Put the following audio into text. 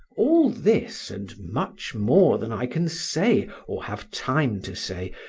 all this, and much more than i can say or have time to say,